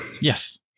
Yes